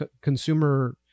consumer